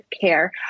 care